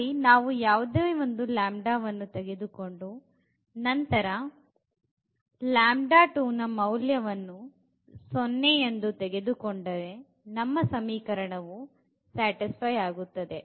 ಅಲ್ಲಿ ನಾವು ಯಾವುದೇ ಲ್ಯಾಂಬ್ಡಾವನ್ನು ತೆಗೆದುಕೊಂಡು ನಂತರ ಮೌಲ್ಯವನ್ನು 0 ಎಂದು ತೆಗೆದುಕೊಂಡರೇ ನಮ್ಮ ಸಮೀಕರಣವು ಸ್ಯಾಟಿಸ್ ಫೈ ಆಗುತ್ತದೆ